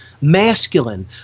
masculine